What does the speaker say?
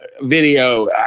video